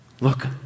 Look